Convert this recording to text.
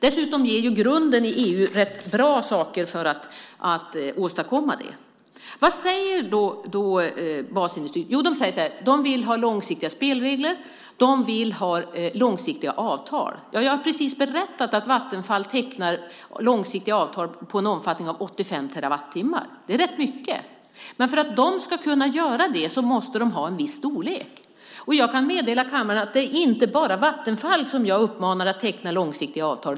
Dessutom ger EU en rätt bra grund för att man ska åstadkomma det. Vad säger då basindustrin? Jo, man säger att man vill ha långsiktiga spelregler och långsiktiga avtal. Jag har precis berättat att Vattenfall tecknar långsiktiga avtal med en omfattning om 85 terawattimmar. Det är rätt mycket, men för att Vattenfall ska kunna göra det måste de ha en viss storlek. Jag kan meddela kammaren att det inte bara är Vattenfall som jag uppmanar att teckna långsiktiga avtal.